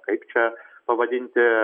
kaip čia pavadinti